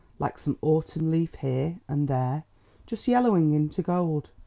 like some autumn leaf here and there just yellowing into gold,